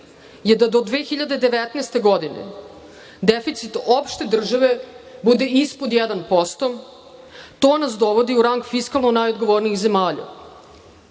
je da do 2019. godine deficit opšte države bude ispod 1%. To nas dovodi u rang fiskalno najodgovornijih zemalja. Sa